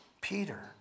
Peter